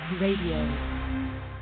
Radio